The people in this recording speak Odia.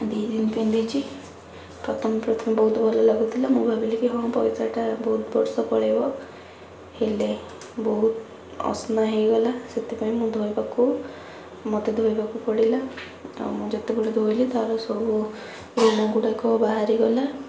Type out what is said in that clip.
ଦୁଇ ଦିନ ପିନ୍ଧିଛି ପ୍ରଥମେ ପ୍ରଥମେ ବହୁତ ଭଲ ଲାଗୁଥିଲା ମୁଁ ଭାବିଲିକି ହଁ ପଇସାଟା ବହୁତ ବର୍ଷ ପଳେଇବ ହେଲେ ବହୁତ ଅସନା ହେଇଗଲା ସେଥିପାଇଁ ମୁଁ ଧୋଇବାକୁ ମୋତେ ଧୋଇବାକୁ ପଡ଼ିଲା ଆଉ ମୁଁ ଯେତେବେଳେ ଧୋଇଲି ତା'ର ସବୁ ରୁମ ଗୁଡ଼ାକ ବାହାରିଗଲା